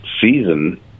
season